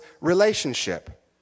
relationship